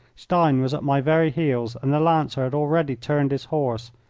stein was at my very heels, and the lancer had already turned his horse.